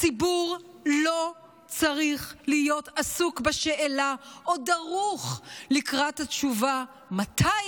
הציבור לא צריך להיות עסוק בשאלה או דרוך לקראת התשובה מתי